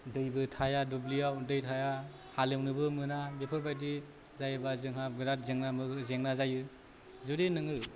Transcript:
दैबो थाया दुब्लियाव दै थाया हालेवनोबो मोना बेफोरबायदि जायोबा जोंहा बिराद जेंना जेंना जायो जुदि नोङो